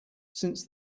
since